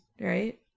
right